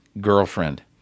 girlfriend